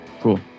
cool